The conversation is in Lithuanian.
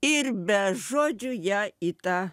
ir be žodžių ją į tą